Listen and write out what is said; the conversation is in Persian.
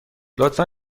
لطفا